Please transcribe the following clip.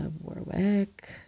Warwick